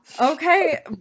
Okay